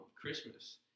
Christmas